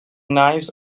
knives